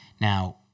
Now